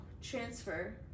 transfer